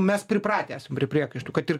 mes pripratę esam prie priekaištų kad ir